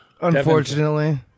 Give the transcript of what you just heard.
Unfortunately